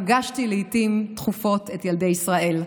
פגשתי לעיתים תכופות את ילדי ישראל.